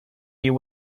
you